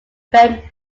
ben